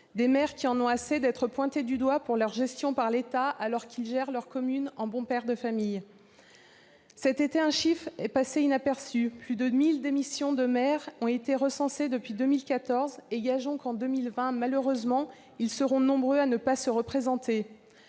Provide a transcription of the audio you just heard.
Des maires qui en ont assez d'être pointés du doigt par l'État pour leur gestion, alors qu'ils gèrent leur commune en bons pères de famille. Cet été, un chiffre est passé inaperçu : plus de 1 000 démissions de maires ont été recensées depuis 2014. Gageons que, en 2020, malheureusement, ils seront nombreux à ne pas se représenter.